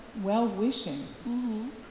well-wishing